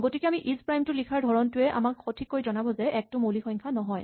গতিকে আমি ইজপ্ৰাইম টো লিখাৰ ধৰণটোৱে আমাক সঠিককৈ জনাব যে এক টো মৌলিক সংখ্যা নহয়